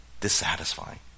dissatisfying